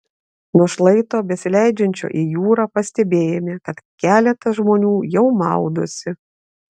nuo šlaito besileidžiančio į jūrą pastebėjome kad keletas žmonių jau maudosi